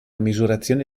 misurazione